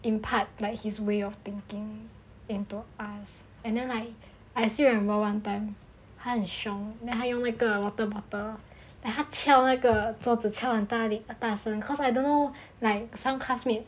impart like his way of thinking into us and then like I still remember one time 他很凶 then 他用那个 water bottle then 他敲那个桌子敲得很力敲很大声 cause I don't know like some classmate